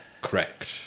Correct